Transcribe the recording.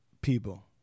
people